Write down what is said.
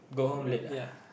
uh ya